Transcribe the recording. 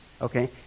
Okay